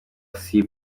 sea